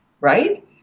right